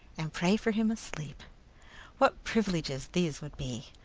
and pray for him asleep what privileges these would be!